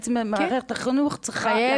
בעצם מערכת החינוך צריכה --- כן,